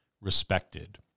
respected